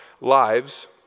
lives